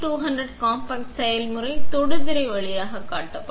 MA200 compact செயல்முறைகள் தொடுதிரை வழியாக கட்டுப்படுத்தப்படும்